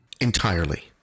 Entirely